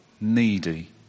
needy